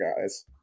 guys